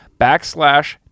backslash